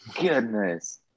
Goodness